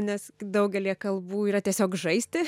nes daugelyje kalbų yra tiesiog žaisti